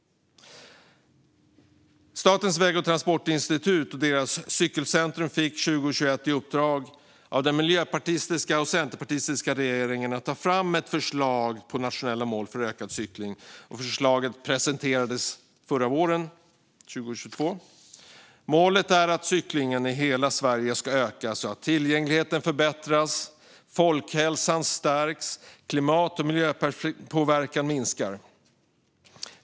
Statens väg och transportforskningsinstitut och deras cykelcentrum fick 2021 i uppdrag av den miljöpartistiska och socialdemokratiska regeringen att ta fram ett förslag på nationella mål för ökad cykling. Förslaget presenterades förra våren, 2022. Målet är att cyklingen i hela Sverige ska öka så att tillgängligheten förbättras, folkhälsan stärks och klimat och miljöpåverkan minskar.